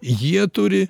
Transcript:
jie turi